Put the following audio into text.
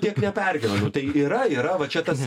tiek nepergyvenu tai yra yra va čia tas